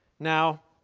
now,